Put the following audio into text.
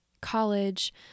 college